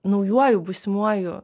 naujuoju būsimuoju